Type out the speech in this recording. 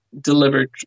delivered